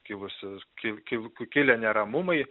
kilusios kil kil kilę neramumai